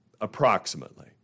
approximately